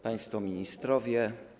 Państwo Ministrowie!